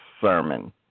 sermon